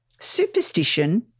Superstition